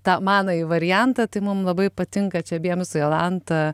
tą manąjį variantą tai mum labai patinka čia abiem su jolanta